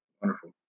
Wonderful